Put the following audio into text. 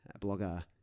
blogger